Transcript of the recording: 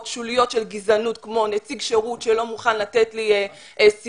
שוליות של גזענות כמו נציג שירות שלא מוכן לתת לי סיוע